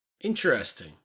interesting